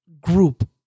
group